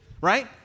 Right